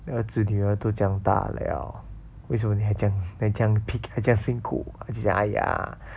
儿子女儿都长大了为什么你还这样还这样辛苦她就讲 !aiya!